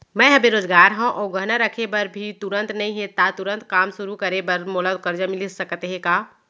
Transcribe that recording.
मैं ह बेरोजगार हव अऊ गहना रखे बर भी तुरंत नई हे ता तुरंत काम शुरू करे बर मोला करजा मिलिस सकत हे का?